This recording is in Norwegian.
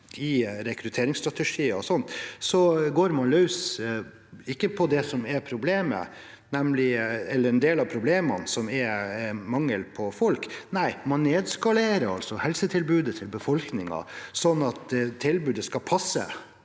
i rekrutteringsstrategier og sånt, går man ikke løs på det som er problemet, eller en del av problemet, nemlig mangel på folk. Nei, man nedskalerer altså helsetilbudet til befolkningen sånn at tilbudet skal passe